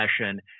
session